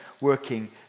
working